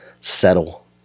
settle